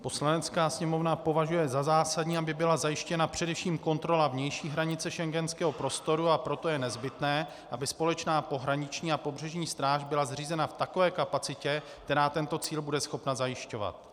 Poslanecká sněmovna považuje za zásadní, aby byla zajištěna především kontrola vnější hranice Schengenského prostoru a proto je nezbytné, aby společná pohraniční a pobřežní stráž byla zřízena v takové kapacitě, která tento cíl bude schopna zajišťovat.